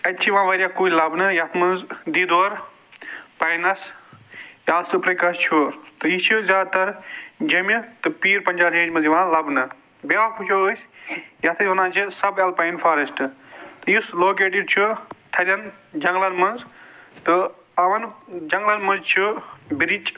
اَتہِ چھِ یِوان واریاہ کُلۍ لَبنہٕ یَتھ منٛز دِیٚودٲر پاینَس ٹاسٕپریٖکا چھُ تہٕ یہِ چھِ زیادٕ تَر جوٚمہِ تہٕ پیٖر پنٛجال رینٛجہِ منٛز یِوان لَبنہٕ بیٛاکھ وُچھُو أسۍ یَتھ أسۍ وَنان چھِ سَب اَلپایِن فاریٚسٹہٕ تہٕ یُس لوکیٹِڈ چھُ تھدیٚن جنگلَن منٛز تہٕ یِمَن جنگلَن منٛز چھِ برٛچۍ